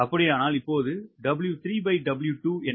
இப்போது 𝑊3W2 என்ன